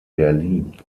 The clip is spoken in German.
berlin